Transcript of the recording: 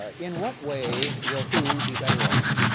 ah in what way will who be better off?